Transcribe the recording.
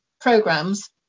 programs